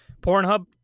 pornhub